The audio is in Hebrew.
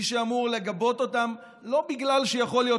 מי שאמור לגבות אותם לא בגלל שיכול להיות